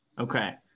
okay